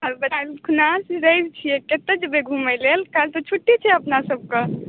काल्हिखन रवि छियै कतय जेबै घुमै लय काल्हि त छुट्टी छै अपना सबकेॅं